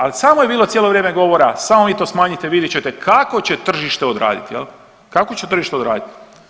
Ali samo je bilo cijelo vrijeme govora samo vi to smanjite vidjet ćete kako će tržište odradit, kako će tržište odradit.